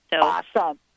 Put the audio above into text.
Awesome